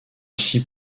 six